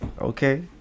Okay